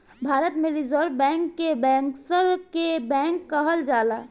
भारत में reserve bank के bankers के बैंक कहल जाला